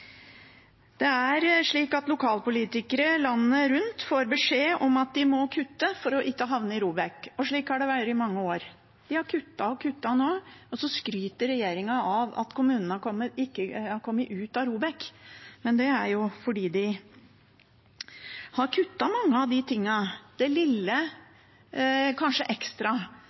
ROBEK, og slik har det vært i mange år. De har kuttet og kuttet, og så skryter regjeringen av at kommunene har kommet ut av ROBEK. Men det er jo fordi de har kuttet mange av tingene og kanskje det lille ekstra